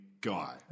Guy